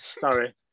sorry